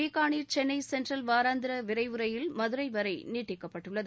பிகாளீர் Chennai central வாராந்திர விரைவு ரயில் மதுரை வரை நீட்டிக்கப்பட்டுள்ளது